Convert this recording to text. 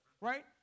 right